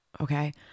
okay